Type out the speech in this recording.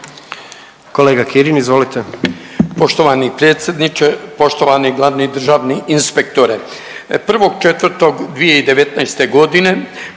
Kolega Kirin, izvolite.